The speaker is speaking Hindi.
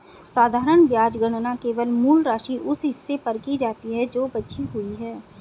साधारण ब्याज गणना केवल मूल राशि, उस हिस्से पर की जाती है जो बची हुई है